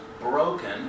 broken